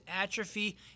atrophy